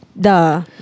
da